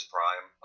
Prime